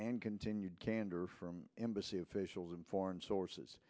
and continued candor from embassy officials and foreign sources